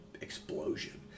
explosion